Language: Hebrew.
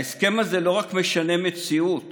ההסכם הזה לא רק משנה מציאות